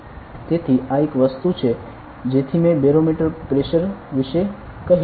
તેથી આ એક વસ્તુ છે જેથી મેં બેરોમીટર પ્રેશર વિશે કહ્યું